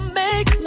make